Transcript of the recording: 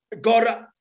God